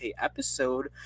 episode